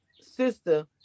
sister